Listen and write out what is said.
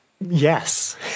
Yes